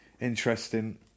interesting